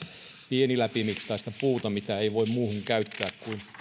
pieniläpimittaista puuta mitä ei voi muuhun käyttää kuin